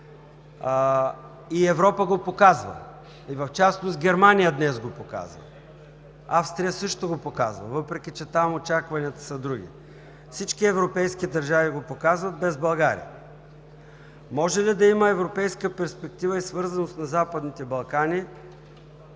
И Европа го показва. В частност Германия днес го показа. Австрия също го показа, въпреки че там очакванията са други. Всички европейски държави го показват, без България. Може ли да има европейска перспектива и свързаност на Западните Балкани,